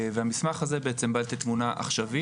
המסמך הזה בעצם בא לתת תמונה עכשווית.